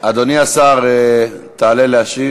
אדוני השר, תעלה להשיב.